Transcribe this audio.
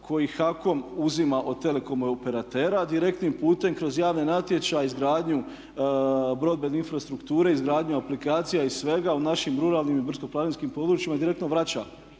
koji HAKOM uzima od telekom operatera direktnim putem kroz javne natječaje, izgradnju broadband infrastrukture, izgradnju aplikacija i svega u našim ruralnim i brdsko-planinskim područjima direktno vraća